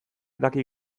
daki